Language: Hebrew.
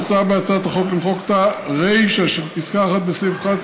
מוצע בהצעת החוק למחוק את הרישה של פסקה (1) בסעיף 11,